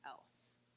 else